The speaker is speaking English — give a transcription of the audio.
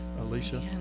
Alicia